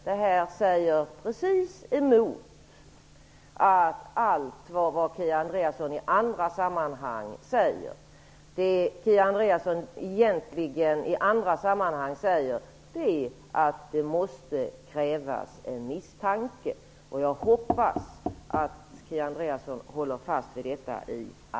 Det är precis tvärtemot allt vad Kia Andreasson i andra sammanhang säger, nämligen att det måste krävas en misstanke. Jag hoppas att hon håller fast vid detta.